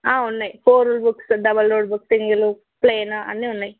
ఉన్నాయి four rule books double ruled books single plain అన్నీ ఉన్నాయి